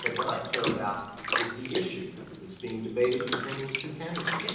but what i care about is the issue that's being debated between these two candidates.